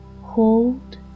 Hold